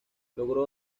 logró